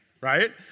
right